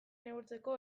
neurtzeko